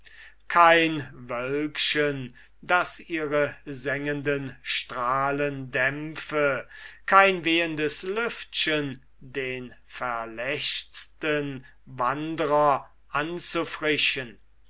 kein wölkchen das ihre sengende strahlen dämpfe kein wehendes lüftchen den verlechzten wandrer anzufrischen